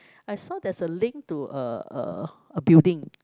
I saw there's a link to a a a building